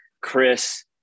Chris